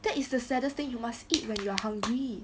that is the saddest thing you must eat when you're hungry